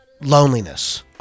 loneliness